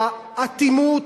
באטימות,